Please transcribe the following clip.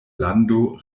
lando